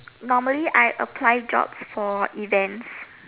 normally I apply jobs for events